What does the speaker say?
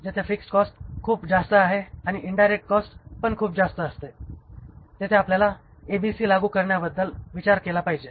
जेथे fixed cost खूप जास्त आहे आणि इन्डायरेक्ट कॉस्ट पण खूप जास्त असतो तेथे आपल्याला ABC लागू करण्याबद्दल विचार केला पाहिजे